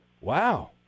Wow